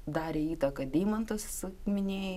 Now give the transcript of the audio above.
darė įtaką deimantas minėjai